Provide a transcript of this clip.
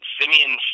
Simeon